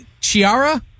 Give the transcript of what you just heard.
chiara